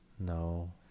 No